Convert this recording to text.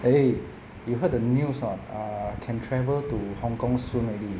eh you heard the news on err can travel to hong-kong soon already